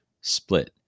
split